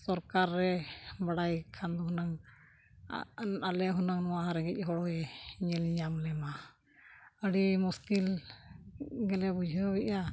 ᱥᱚᱨᱠᱟᱨ ᱨᱮ ᱵᱟᱲᱟᱭ ᱠᱷᱟᱱ ᱫᱚ ᱦᱩᱱᱟᱹᱝ ᱟᱞᱮ ᱦᱩᱱᱟᱹᱝ ᱱᱚᱣᱟ ᱨᱮᱸᱜᱮᱡ ᱦᱚᱲᱮ ᱧᱮᱞ ᱧᱟᱢ ᱞᱮ ᱟᱹᱰᱤ ᱢᱩᱥᱠᱤᱞ ᱜᱮᱞᱮ ᱵᱩᱡᱷᱟᱹᱣ ᱮᱫᱟ